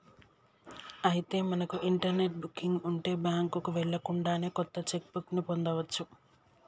అయితే మనకు internet booking ఉంటే బ్యాంకుకు వెళ్ళకుండానే కొత్త చెక్ బుక్ ని పొందవచ్చు